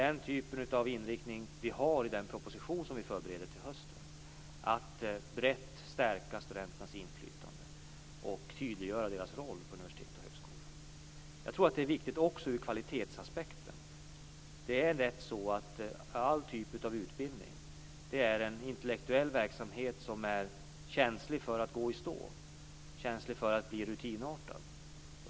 Den typ av inriktning som vi har i den proposition som vi förbereder till hösten är att brett stärka studenternas inflytande och tydliggöra deras roll på universitet och högskolor. Jag tror att detta är viktigt också ur kvalitetsaspekt. All typ av utbildning är en intellektuell verksamhet som är känslig för att gå i stå, känslig för att bli rutinartad.